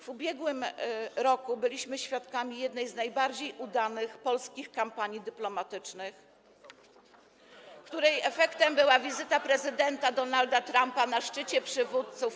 W ubiegłym roku byliśmy świadkami jednej z najbardziej udanych polskich kampanii dyplomatycznych, [[Wesołość na sali]] której efektem była wizyta prezydenta Donalda Trumpa na szczycie przywódców.